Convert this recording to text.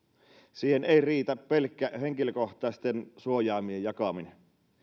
siihen ei riitä pelkkä henkilökohtaisten suojaimien jakaminen